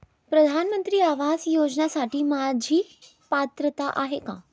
प्रधानमंत्री आवास योजनेसाठी माझी पात्रता आहे का?